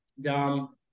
dumb